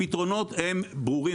הפתרונות הם ברורים.